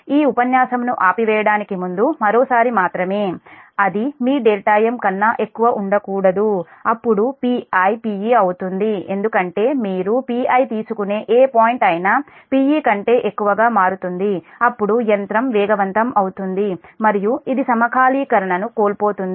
ఈ ఉపన్యాసం ను ఆపివేయడానికి ముందు మరోసారి మాత్రమే అది మీ δm కన్నా ఎక్కువ ఉండకూడదు అప్పుడు Pi Pe అవుతుంది ఎందుకంటే మీరు Pi తీసుకునే ఏ పాయింట్ అయినా Pe కంటే ఎక్కువగా మారుతుంది అప్పుడు యంత్రం వేగవంతం అవుతుంది మరియు ఇది సమకాలీకరణను కోల్పోతుంది